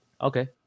okay